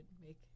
make